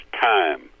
time